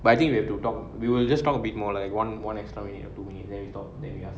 but I think we have to talk we will just talk a bit more like one one as long as you have too many then we talk then you